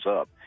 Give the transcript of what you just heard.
up